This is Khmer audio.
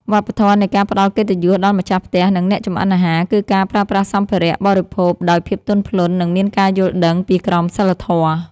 វប្បធម៌នៃការផ្តល់កិត្តិយសដល់ម្ចាស់ផ្ទះនិងអ្នកចម្អិនអាហារគឺការប្រើប្រាស់សម្ភារៈបរិភោគដោយភាពទន់ភ្លន់និងមានការយល់ដឹងពីក្រមសីលធម៌។